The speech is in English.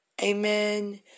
Amen